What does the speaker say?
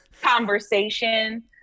conversation